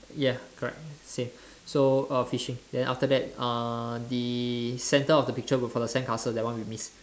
ya correct same so uh fishing then after that uh the centre of the picture for the sandcastle that one we miss